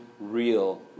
real